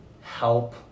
help